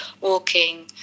walking